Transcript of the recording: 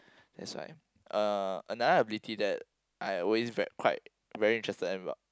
that's why uh another ability that I always very quite very interested as well